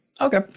Okay